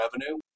revenue